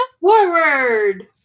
Forward